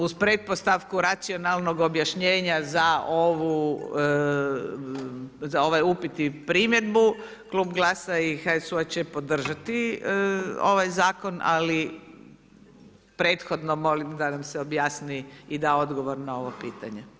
Uz pretpostavku racionalnog objašnjenja za ovaj upit i primjedbu Klub GLAS-a i HSU-a će podržati ovaj zakon ali prethodno molim da nam se objasni i da odgovor na ovo pitanje.